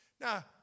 Now